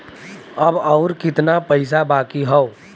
अब अउर कितना पईसा बाकी हव?